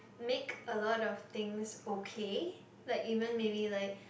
make a lot of things okay like even maybe like